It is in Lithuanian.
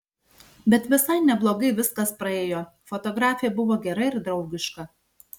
bet visai neblogai viskas praėjo fotografė buvo gera ir draugiška